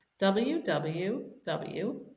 www